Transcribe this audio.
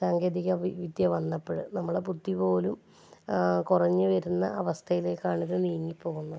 സാങ്കേതിക വിദ്യ വന്നപ്പോൾ നമ്മുടെ ബുദ്ധിപോലും കുറഞ്ഞു വരുന്ന അവസ്ഥയിലേക്കാണിത് നീങ്ങി പോകുന്നത്